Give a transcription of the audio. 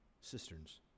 cisterns